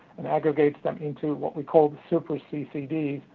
and aggregates them into what we call a super ccd,